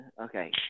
okay